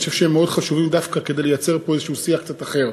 ואני חושב שהם מאוד חשובים דווקא כדי לייצר פה איזה שיח קצת אחר.